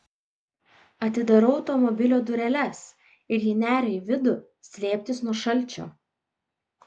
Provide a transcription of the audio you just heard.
atidarau automobilio dureles ir ji neria į vidų slėptis nuo šalčio